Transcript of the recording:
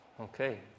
Okay